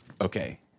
Okay